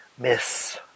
Miss